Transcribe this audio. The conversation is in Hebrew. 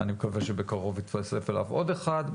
אני מקווה שבקרוב התווסף אליו עוד אחד,